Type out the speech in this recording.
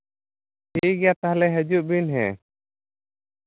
ᱴᱷᱤᱠ ᱜᱮᱭᱟ ᱛᱟᱦᱚᱞᱮ ᱦᱤᱡᱩᱜ ᱵᱮᱱ ᱦᱮᱸ